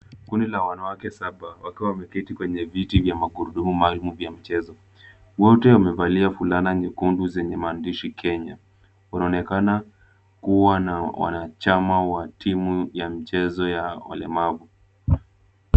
Kundi la wanawake saba, wakiwa wameketi kwenye viti vya magurudumu maalum vya mchezo. Wote wamevalia fulana nyekundu zenye maandishi Kenya. Wanaonekana kuwa na wanachama wa timu ya michezo ya walemavu.